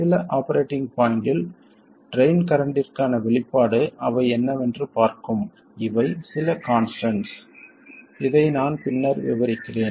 சில ஆபரேட்டிங் பாய்ண்ட்டில் ட்ரைன் கரண்ட்டிற்கான வெளிப்பாடு அவை என்னவென்று பார்க்கும் இவை சில கான்ஸ்டன்ட்ஸ் இதை நான் பின்னர் விவரிக்கிறேன்